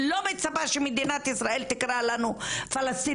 לא מצפה שמדינת ישראל תקרא לנו פלשתינאיות